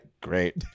great